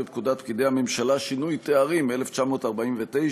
בהתאם לפקודת פקידי הממשלה (שינוי תארים), 1940,